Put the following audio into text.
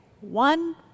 One